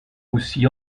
aussi